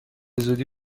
زودی